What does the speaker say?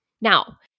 Now